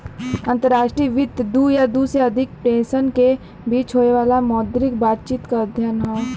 अंतर्राष्ट्रीय वित्त दू या दू से अधिक देशन के बीच होये वाला मौद्रिक बातचीत क अध्ययन हौ